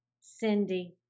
Cindy